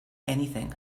anything